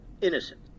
innocent